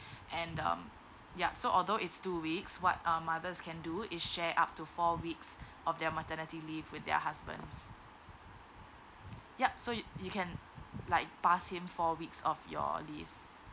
and um yup although it's two weeks what a mother can do is share out to four weeks of their maternity leave with their husband yup so you you can like pass him four weeks of your leave